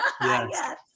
Yes